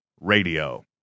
Radio